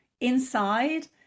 inside